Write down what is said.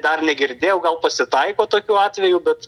dar negirdėjau gal pasitaiko tokių atvejų bet